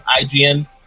IGN